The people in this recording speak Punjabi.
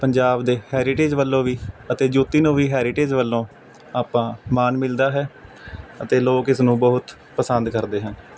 ਪੰਜਾਬ ਦੇ ਹੈਰੀਟੇਜ ਵੱਲੋਂ ਵੀ ਅਤੇ ਜੋਤੀ ਨੂੰ ਵੀ ਹੈਰੀਟੇਜ਼ ਵੱਲੋਂ ਆਪਾਂ ਮਾਣ ਮਿਲਦਾ ਹੈ ਅਤੇ ਲੋਕ ਇਸ ਨੂੰ ਬਹੁਤ ਪਸੰਦ ਕਰਦੇ ਹਨ